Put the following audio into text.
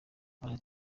gasana